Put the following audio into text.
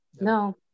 No